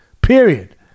Period